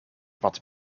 wat